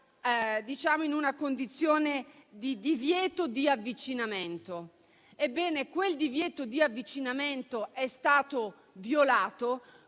era in una condizione di divieto di avvicinamento. Ebbene, quel divieto di avvicinamento è stato violato: